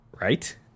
right